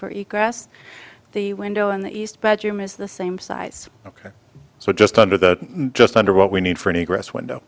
us the window on the east bedroom is the same size ok so just under that just under what we need for any grass window